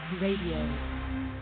Radio